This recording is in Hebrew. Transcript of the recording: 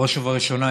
בראש ובראשונה,